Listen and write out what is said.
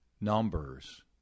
numbers